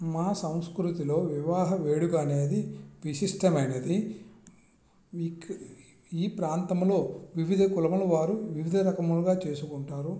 మా సంస్కృతిలో వివాహ వేడుక అనేది విశిష్టమైనది ఈ ప్రాంతంలో వివిధ కులముల వాళ్ళు వివిధ రకాలుగా చేసుకుంటారు